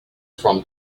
from